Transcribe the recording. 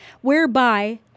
whereby